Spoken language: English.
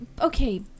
okay